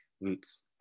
roots